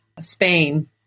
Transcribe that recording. Spain